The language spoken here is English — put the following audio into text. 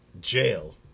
Jail